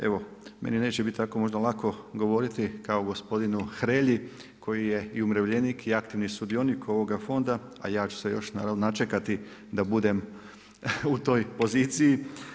Evo meni neće biti tako možda lako govoriti kao gospodinu Hrelji koji je i umirovljenik i aktivni sudionik ovoga Fonda, a ja ću se još naravno načekati da budem u toj poziciji.